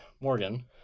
morgan